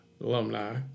alumni